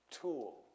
tool